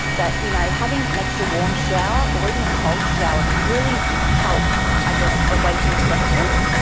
that you know having an extra warm shower or even a cold shower can really help i guess awaken the senses.